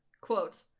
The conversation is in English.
quote